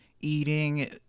eating